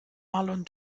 marlon